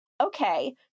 Okay